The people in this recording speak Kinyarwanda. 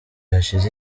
hashize